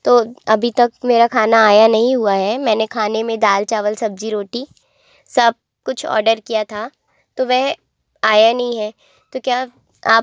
तो अभी तक मेरा खाना आया नहीं हुआ है मैंने खाने में दाल चावल सब्जी रोटी सब कुछ औडर किया था तो वह आया नहीं है तो क्या अब आप